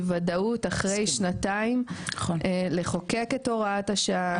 וודאות אחרי שנתיים לחוקק את הוראת השעה.